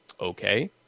okay